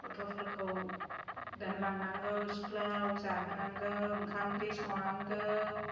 गथ'फोरखौ दोनलांनांगौ स्कुलाव जाहोनांगौ ओंखाम ओंख्रि संनांगौ